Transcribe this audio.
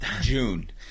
june